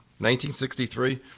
1963